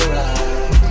right